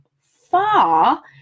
far